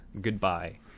goodbye